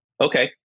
Okay